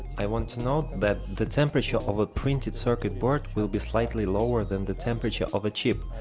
i want to note that the temperature of a printed circuit board will be slightly lower than the temperature of a chip,